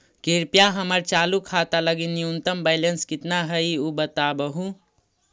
कृपया हमर चालू खाता लगी न्यूनतम बैलेंस कितना हई ऊ बतावहुं